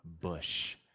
bush